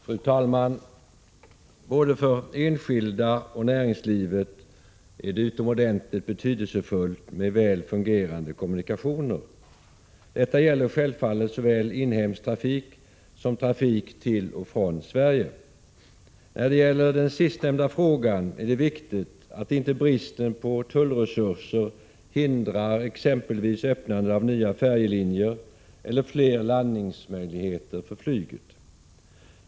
Fru talman! Både för enskilda och för näringslivet är det utomordentligt betydelsefullt med väl fungerande kommunikationer. Detta gäller självfallet såväl inhemsk trafik som trafik till och från Sverige. När det gäller den sistnämnda frågan är det viktigt att inte bristen på tullresurser hindrar exempelvis öppnandet av nya färjelinjer eller fler landningsmöjligheter för flyget.